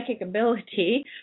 ability